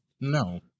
No